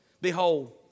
Behold